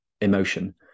emotion